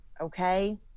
okay